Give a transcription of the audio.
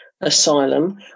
asylum